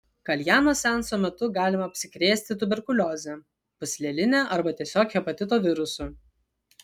kaljano seanso metu galima apsikrėsti tuberkulioze pūsleline arba tiesiog hepatito virusu